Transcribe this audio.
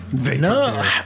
No